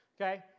Okay